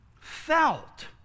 felt